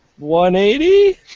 180